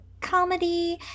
comedy